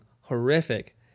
horrific